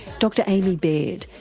dr amee baird,